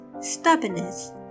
stubbornness